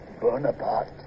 Bonaparte